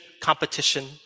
competition